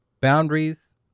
boundaries